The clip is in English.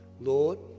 Lord